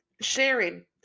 sharing